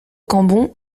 cambon